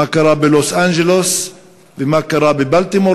מה קרה בלוס-אנג'לס ומה קרה בבולטימור